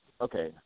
Okay